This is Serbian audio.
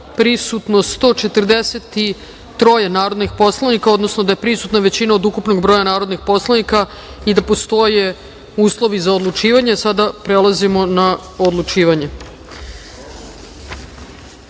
prisutno 143 narodna poslanika, odnosno da je prisutna većina od ukupnog broja narodnih poslanika i da postoje uslovi za odlučivanje. Sada prelazimo na odlučivanje. Prva